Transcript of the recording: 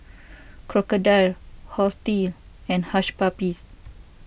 Crocodile Horti and Hush Puppies